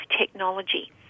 technology